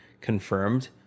confirmed